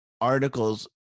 articles